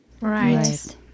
Right